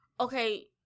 okay